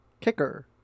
kicker